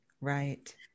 Right